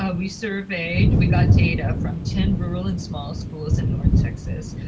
ah we surveyed we got data from ten rural and small schools in north texas.